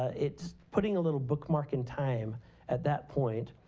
it's putting a little bookmark in time at that point.